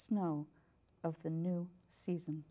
snow of the new season